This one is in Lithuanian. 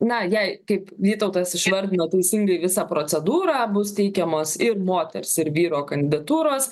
na jei kaip vytautas išvardino teisingai visą procedūrą bus teikiamos ir moters ir vyro kandidatūros